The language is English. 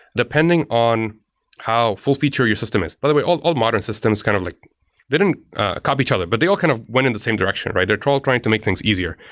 depending on how full feature your system is. by the way, all all modern systems kind of like they don't copy each other, but they all kind of went in the same direction, right? they're all trying to make things easier.